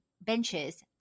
benches